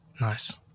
Nice